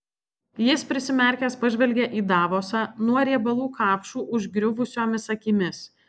jis prisimerkęs pažvelgė į davosą nuo riebalų kapšų užgriuvusiomis akimis